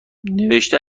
نوشته